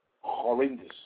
horrendous